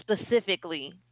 specifically